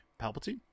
Palpatine